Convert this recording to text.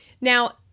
Now